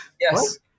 Yes